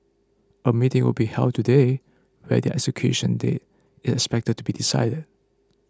a meeting will be held today where their execution date is expected to be decided